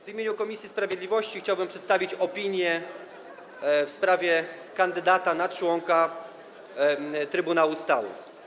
W imieniu komisji sprawiedliwości chciałbym przedstawić opinię w sprawie kandydata na członka Trybunału Stanu.